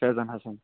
Faizan Hassan